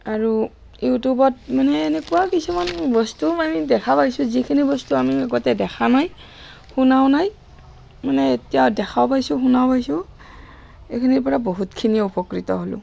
আৰু ইউটিউবত মানে এনেকুৱা কিছুমান বস্তুও মানে দেখা পাইছোঁ যিখিনি বস্তু আমি আগতে দেখা নাই শুনাও নাই মানে এতিয়া দেখাও পাইছোঁ শুনা পাইছোঁ এইখিনিৰ পৰা বহুতখিনি উপকৃত হ'লোঁ